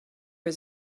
was